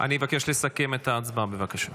אני מבקש לסכם את ההצבעה, בבקשה.